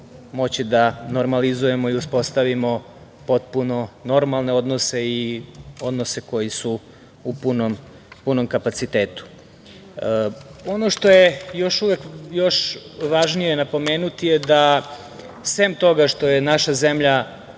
moći da normalizujemo i uspostavimo potpuno normalne odnose i odnose koji su u punom kapacitetu. Ono što je još važnije napomenuti je da, sem toga što je naša zemlja